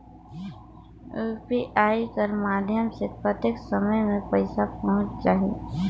UPI कर माध्यम से कतेक समय मे पइसा पहुंच जाहि?